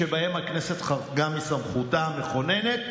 שבהם הכנסת חרגה מסמכותה המכוננת,